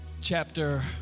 chapter